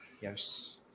Yes